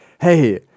hey